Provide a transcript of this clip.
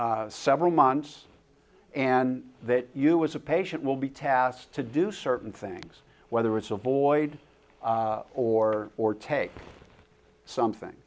take several months and that you as a patient will be tasked to do certain things whether it's a void or or take something